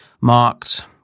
marked